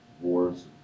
wars